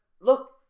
look